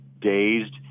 dazed